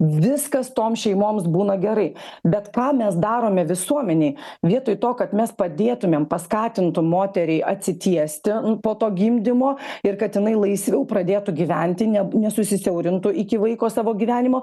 viskas tom šeimoms būna gerai bet ką mes darome visuomenėj vietoj to kad mes padėtumėm paskatintum moterį atsitiesti po to gimdymo ir kad jinai laisviau pradėtų gyventi nesusiaurintų iki vaiko savo gyvenimo